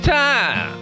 time